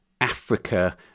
Africa